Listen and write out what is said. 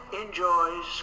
enjoys